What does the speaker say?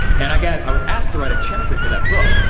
and i got i was asked to write a chapter for that book.